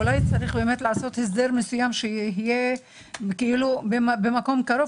אולי צריך לעשות הסדר שיהיה במקום קרוב